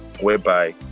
whereby